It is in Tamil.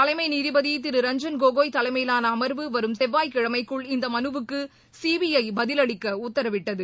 தலைமை நீதிபதி திரு ரஞ்ஜன் கோகோய் தலைமையிலான அமர்வு வரும் செவ்வாய் கிழமைக்குள் இந்த மனுவுக்கு சீபிஐ பதிலளிக்க உத்தரவிட்டது